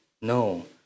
No